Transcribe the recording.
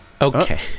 okay